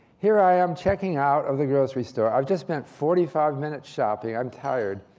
here i am checking out of the grocery store. i've just spent forty five minutes shopping. i'm tired.